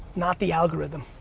not the algorithm.